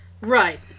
Right